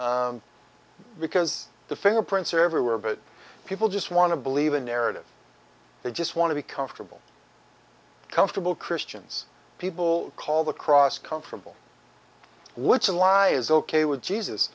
hook because the fingerprints are everywhere but people just want to believe a narrative they just want to be comfortable comfortable christians people call the cross comfortable which lie is ok with jesus